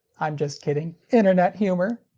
i'm just kidding, internet humor!